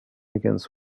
against